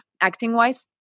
acting-wise